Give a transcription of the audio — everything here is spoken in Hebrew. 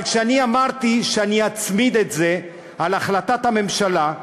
אבל כשאני אמרתי שאני אצמיד את זה להחלטת הממשלה,